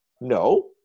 no